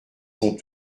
son